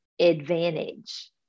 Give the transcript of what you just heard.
advantage